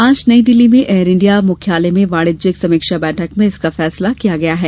आज नई दिल्ली में Air India मुख्यालय में वाणिज्यिक समीक्षा बैठक में इसका फैसला किया गया है